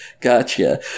gotcha